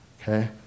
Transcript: Okay